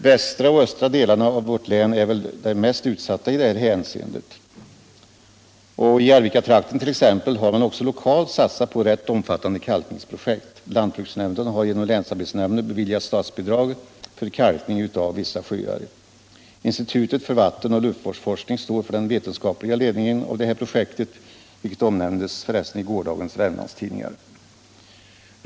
Västra och östra delen av länet är väl de mest utsatta i detta hänseende. I Arvikatrakten t.ex. har man också lokalt satsat på rätt omfattande kalkningsprojekt. Lantbruksnämnden har genom länsarbetsnämnden beviljats statsbidrag för kalkning av vissa sjöar. Institutet för vattenoch luftvårdsforskning står för den vetenskapliga ledningen av detta projekt, vilket förresten omnämndes i gårdagens Värmlandstidningar.